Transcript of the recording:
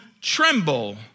tremble